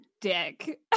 dick